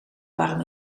warm